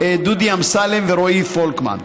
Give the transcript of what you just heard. דודי אמסלם ורועי פולקמן.